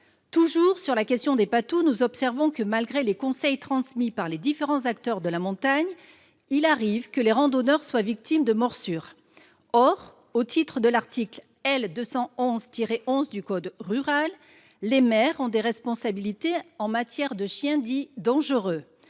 Toujours sur la question des patous, nous observons que, malgré les conseils des différents acteurs de la montagne, certains randonneurs sont victimes de morsures. Or, au titre de l’article L. 211 11 du code rural et de la pêche maritime, les maires ont des responsabilités en matière de chiens dits « dangereux ».